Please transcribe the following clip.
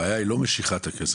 הבעיה היא לא משיכת הכסף,